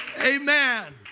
Amen